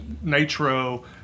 nitro